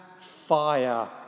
fire